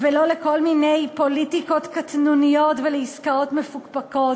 ולא לכל מיני פוליטיקות קטנוניות ולעסקאות מפוקפקות.